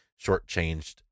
shortchanged